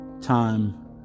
time